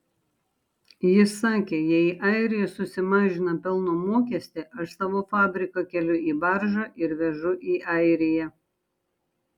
jis sakė jei airija susimažina pelno mokestį aš savo fabriką keliu į baržą ir vežu į airiją